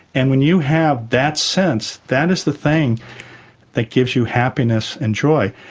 and when you have that sense, that is the thing that gives you happiness and joy.